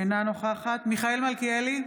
אינה נוכחת מיכאל מלכיאלי,